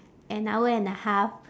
an hour and a half